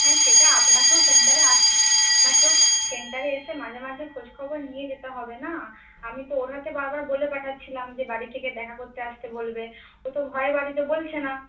হ্যাঁ সেটা আপনাকেও সেন্টারে আপনাকেও সেন্টারে এসে মাঝে মাঝে খোঁজ খবর নিয়ে যেতে হবে না আমি তো ওর হাতে বার বার বলে পাঠাচ্ছিলাম যে বাড়ি থেকে দেখা করতে আসতে বলবে ও তো ভয়ে বাড়িতে বলছে না